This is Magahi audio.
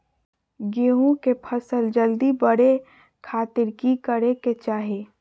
गेहूं के फसल जल्दी बड़े खातिर की करे के चाही?